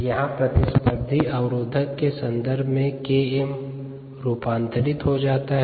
यहाँ प्रतिस्पर्धी अवरोधक के सन्दर्भ में Km रूपांतरित हो जाता है